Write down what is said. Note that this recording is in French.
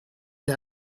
l’a